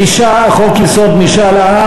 הצעת חוק-יסוד: משאל עם,